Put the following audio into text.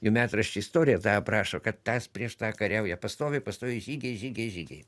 jų metraščių istorija tą aprašo kad tas prieš ką kariauja pastoviai pastoviai žygiai žygiai žygiai